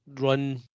run